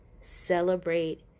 Celebrate